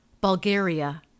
Bulgaria